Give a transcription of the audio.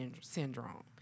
Syndrome